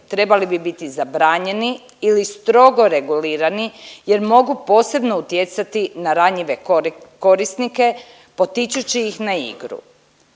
trebali bi biti zabranjeni ili strogo regulirani jer mogu posebno utjecati na ranjive korisnike potičući ih na igru.